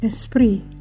Esprit